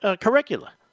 Curricula